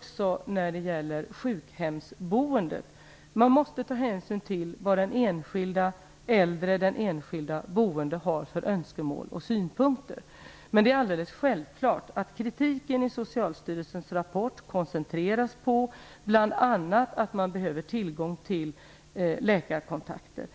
för sjukhemsboendet. Man måste ta hänsyn till vad den enskilda äldre boende har för önskemål och synpunkter. Kritiken i Socialstyrelsens rapport koncentreras på bl.a. att man behöver tillgång till läkarkontakter.